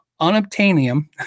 unobtainium